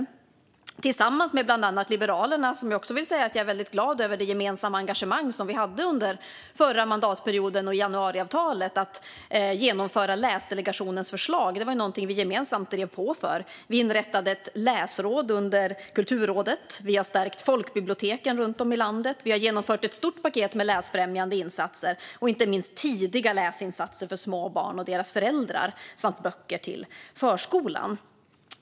Jag är glad över att vi tillsammans med bland annat Liberalerna hade ett gemensamt engagemang under förra mandatperioden och i januariavtalet för att genomföra Läsdelegationens förslag. Det var något vi gemensamt drev på. Vi inrättade ett läsråd under Kulturrådet. Vi har stärkt folkbiblioteken runt om i landet, och vi har genomfört ett stort paket med läsfrämjande insatser, inte minst tidiga läsinsatser för små barn och deras föräldrar samt böcker till förskolan.